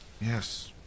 Yes